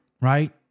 right